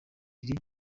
iri